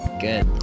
Good